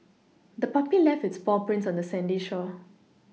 the puppy left its paw prints on the sandy shore